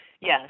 Yes